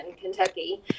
Kentucky